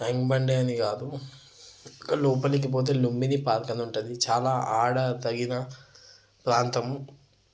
tank బండే అని కాదు లోపలికి పోతే లుంబినీ పార్క్ అని ఉంటుంది చాలా అక్కడ తగిన ప్రాంతం